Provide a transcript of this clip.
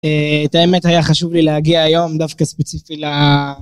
את האמת היה חשוב לי להגיע היום דווקא ספציפי ל...